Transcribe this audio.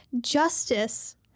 Justice